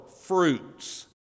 fruits